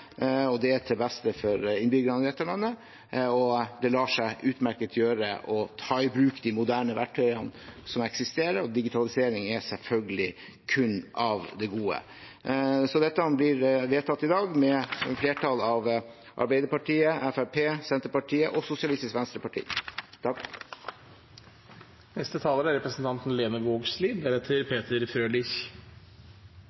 er til beste for innbyggerne i dette landet. Det lar seg utmerket godt gjøre å ta i bruk de moderne verktøyene som eksisterer, og digitalisering er selvfølgelig kun av det gode. Dette forslaget blir vedtatt i dag med et flertall bestående av Arbeiderpartiet, Fremskrittspartiet, Senterpartiet og Sosialistisk Venstreparti. Dagens system for våpenforvaltning er